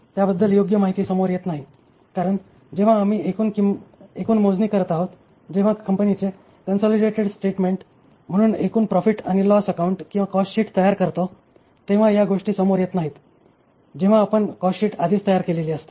त्याबद्दल योग्य माहिती समोर येत नाही कारण जेव्हा आम्ही एकूण मोजणी करत आहोत जेव्हा कंपनीचे कन्सॉलिडेटेड स्टेटमेंट म्हणून एकूण प्रॉफिट आणि लॉस अकाउंट किंवा कॉस्टशीट तयार करतो तेंव्हा या गोष्टी समोर येत नाहीत जेव्हा आपण कॉस्टशीट आधीच तयार केलेली असते